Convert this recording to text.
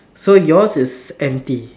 so yours is empty